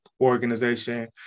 organization